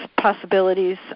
possibilities